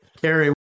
Carrie